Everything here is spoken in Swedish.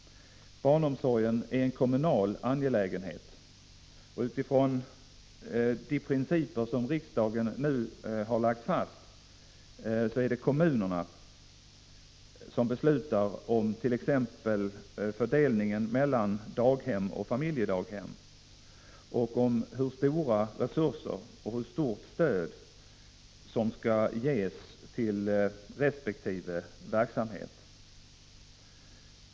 Barnomsorgen är en kommunal angelägenhet. Utifrån de principer som riksdagen nu har lagt fast är det kommunerna som beslutar om t.ex. fördelningen mellan daghem och familjedaghem och om hur stora resurser och hur stort stöd som skall ges till resp. verksamhet.